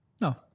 No